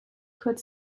kurz